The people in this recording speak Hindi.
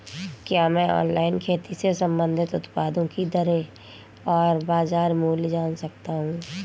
क्या मैं ऑनलाइन खेती से संबंधित उत्पादों की दरें और बाज़ार मूल्य जान सकता हूँ?